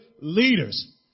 leaders